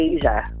Asia